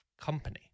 company